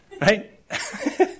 right